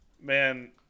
Man